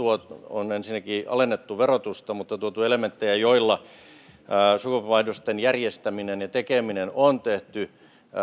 on ensinnäkin alennettu verotusta mutta on myös tuotu elementtejä joilla sukupolvenvaihdosten järjestäminen ja tekeminen on tehty